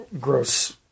gross